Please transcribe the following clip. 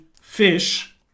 fish